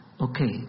Okay